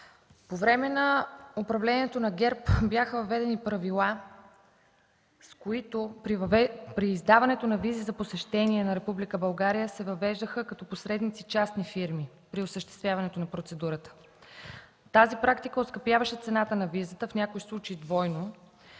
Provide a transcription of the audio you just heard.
По време на управлението на ГЕРБ бяха въведени правила, с които при издаването на визи за посещение на Република България се въвеждаха като посредници частни фирми при осъществяването на процедурата. Тази практика оскъпяваше цената на визата, в някои случаи двойно.